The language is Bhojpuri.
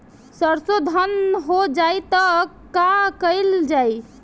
सरसो धन हो जाई त का कयील जाई?